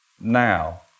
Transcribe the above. now